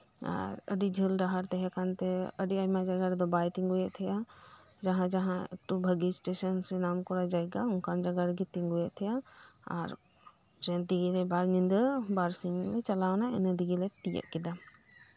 ᱟᱨ ᱟᱹᱰᱤ ᱡᱷᱟᱹᱞ ᱰᱟᱦᱟᱨ ᱛᱟᱸᱦᱮ ᱠᱟᱱᱛᱮ ᱟᱹᱰᱤ ᱟᱴᱭᱢᱟ ᱡᱟᱭᱜᱟ ᱨᱮᱫᱚ ᱵᱟᱭ ᱛᱤᱜᱩᱭᱮᱫ ᱛᱟᱦᱮᱸᱱᱟ ᱡᱟᱸᱦᱟᱼᱡᱟᱸᱦᱟ ᱮᱠᱴᱩ ᱵᱷᱟᱹᱜᱮ ᱥᱴᱮᱥᱚᱱ ᱥᱮ ᱱᱟᱢ ᱠᱚᱨᱟ ᱡᱟᱭᱜᱟ ᱚᱱᱠᱟᱱ ᱡᱟᱭᱜᱟ ᱨᱮᱜᱮ ᱛᱤᱜᱩᱭᱮᱫ ᱛᱟᱸᱦᱮᱱᱟ ᱟᱨ ᱴᱨᱮᱹᱱ ᱛᱮᱜᱮ ᱵᱟᱨ ᱧᱤᱫᱟᱹ ᱵᱟᱨᱥᱤᱧ ᱞᱮ ᱪᱟᱞᱟᱣᱱᱟ ᱤᱱᱟᱹ ᱛᱮᱜᱮᱞᱮ ᱛᱤᱭᱳᱜ ᱠᱮᱫᱟ